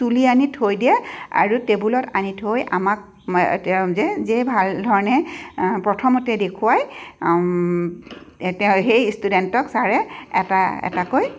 তুলি আনি থৈ দিয়ে আৰু টেবুলত আনি থৈ আমাক তেওঁ যে যিয়ে ভালধৰণে প্ৰথমতে দেখুৱাই তেওঁ সেই ষ্টুডেণ্টক ছাৰে এটা এটাকৈ